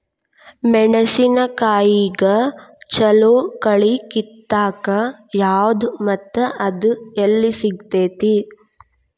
ಮೆಣಸಿನಕಾಯಿಗ ಛಲೋ ಕಳಿ ಕಿತ್ತಾಕ್ ಯಾವ್ದು ಮತ್ತ ಅದ ಎಲ್ಲಿ ಸಿಗ್ತೆತಿ?